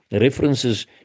references